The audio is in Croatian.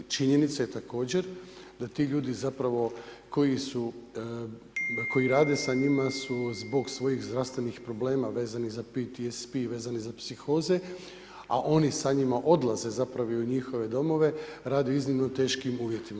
Činjenica je također da ti ljudi zapravo koji rade sa njima su zbog svojih zdravstvenih problema vezanih za PTSP, vezani za psihoze a oni sa njima odlaze zapravo i u njihove domove, rade u iznimno teškim uvjetima.